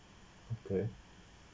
okay